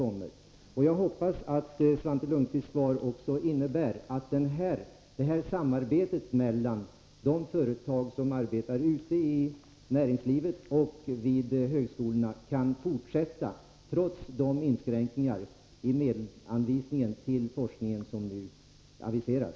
Jag hoppas att Svante Lundkvists svar innebär att samarbetet mellan de företag som arbetar ute i näringslivet och högskolorna kan fortsätta, trots de inskränkningar i medelsanvisningen till forskningen som nu aviseras.